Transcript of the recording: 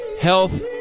Health